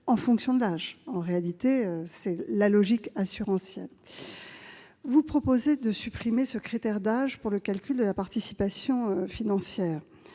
en fonction de leur âge, conformément à une logique assurantielle. Vous proposez de supprimer le critère d'âge pour le calcul de la participation financière.